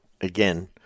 again